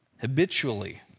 habitually